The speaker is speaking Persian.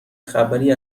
خبری